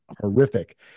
horrific